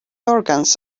organs